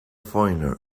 foreigner